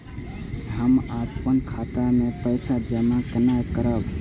हम अपन खाता मे पैसा जमा केना करब?